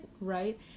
right